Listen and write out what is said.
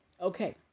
Okay